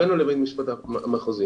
הגענו לבית המשפט המחוזי,